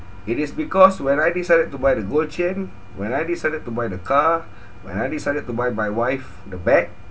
it is because when I decided to buy the gold chain when I decided to buy the car when I decided to buy my wife the bag